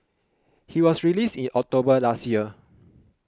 he was released in October last year